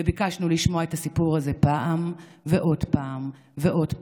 וביקשנו לשמוע את הסיפור הזה פעם ועוד פעם ועוד פעם,